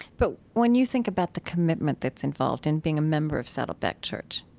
but when you think about the commitment that's involved in being a member of saddleback church,